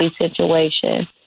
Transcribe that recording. situation